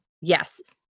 yes